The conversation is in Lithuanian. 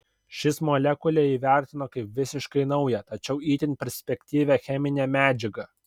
šis molekulę įvertino kaip visiškai naują tačiau itin perspektyvią cheminę medžiagą